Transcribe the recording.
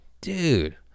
dude